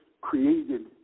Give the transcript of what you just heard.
created